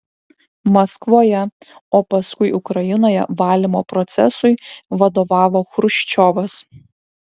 maskvoje o paskui ukrainoje valymo procesui vadovavo chruščiovas